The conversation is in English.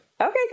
Okay